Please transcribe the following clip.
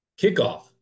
kickoff